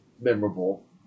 memorable